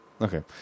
okay